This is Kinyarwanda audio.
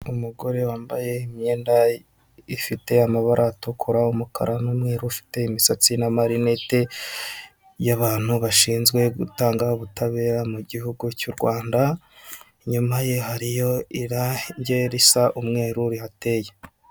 Umugore wambaye imyenda ifite amabara atukura, umukara n'umweru ufite imisatsi n’amarineti y'abantu bashinzwe gutanga ubutabera mu gihugu cy'u Rwanda, inyuma ye hariyo irange risa umweru rihateye.